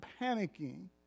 panicking